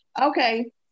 Okay